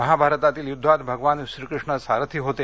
महाभारतातील युद्धात भगवान श्रीकृष्ण सारथी होते